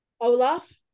Olaf